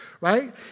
right